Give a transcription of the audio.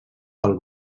pel